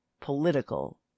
political